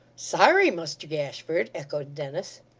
sorry, muster gashford echoed dennis.